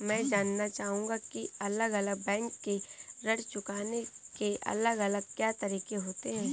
मैं जानना चाहूंगा की अलग अलग बैंक के ऋण चुकाने के अलग अलग क्या तरीके होते हैं?